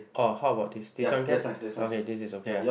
orh how about this this one can okay this is okay ah